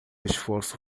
esforço